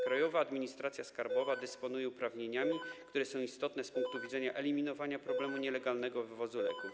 Krajowa Administracja Skarbowa dysponuje uprawnieniami, które są istotne z punktu widzenia eliminowania problemu nielegalnego wywozu leków.